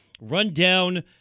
rundown